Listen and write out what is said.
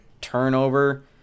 turnover